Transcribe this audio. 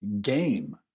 game